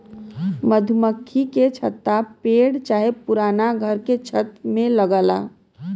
मधुमक्खी के छत्ता पेड़ चाहे पुराना घर के छत में लगला